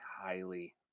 highly